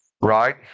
right